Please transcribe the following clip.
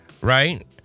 right